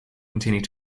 continued